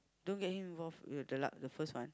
don't get him involved with the la~ the first one